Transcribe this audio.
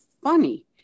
funny